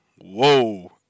Whoa